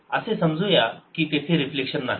असे समजू या की तेथे रिफ्लेक्शन नाही